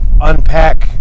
unpack